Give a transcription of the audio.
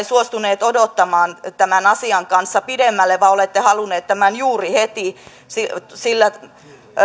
suostunut odottamaan tämän asian kanssa pidemmälle vaan olette halunnut tämän juuri heti